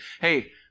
hey